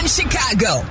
Chicago